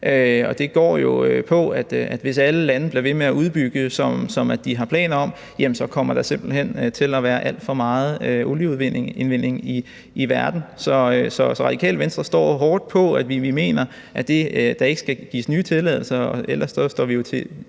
det går jo på, at hvis alle lande blev ved med at udbygge, som de har planer om, kommer der simpelt hen til at være alt for meget olieindvinding i verden. Så Radikale Venstre står hårdt på, at vi mener, at der ikke skal gives nye tilladelser, og ellers står vi på mål